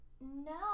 no